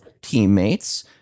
teammates